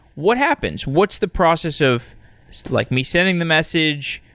what happens? what's the process of like me sending the message?